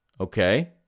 Okay